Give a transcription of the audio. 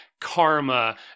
Karma